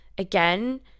Again